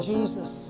Jesus